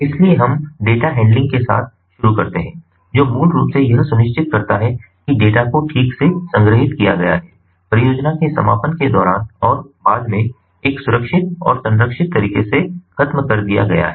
इसलिए हम data handling के साथ शुरू करते हैं जो मूल रूप से यह सुनिश्चित करता है कि डेटा को ठीक से संग्रहीत किया गया है परियोजना के समापन के दौरान और बाद में एक सुरक्षित और संरक्षित तरीके से खत्म कर दिया गया है